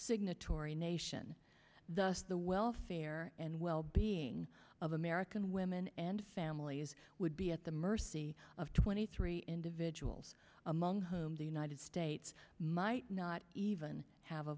signatory nation thus the welfare and well being of american women and families would be at the mercy of twenty three individuals among whom the united states might not even have a